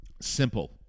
Simple